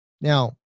Now